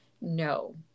no